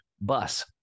bus